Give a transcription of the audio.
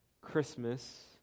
Christmas